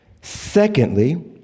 Secondly